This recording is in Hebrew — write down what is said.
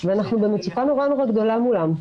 ואנחנו במצוקה נורא גדולה מולם.